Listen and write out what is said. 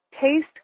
taste